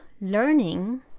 learning